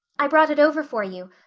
i brought it over for you.